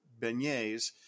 beignets